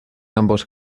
ambos